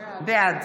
בעד